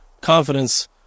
confidence